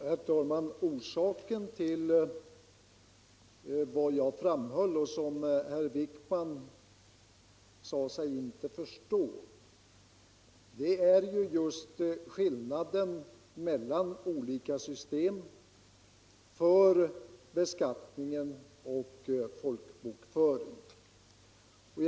Herr talman! Orsaken till vad jag framhöll — och som herr Wijkman sade sig inte förstå — är just skillnaden mellan olika system för beskattning och folkbokföring.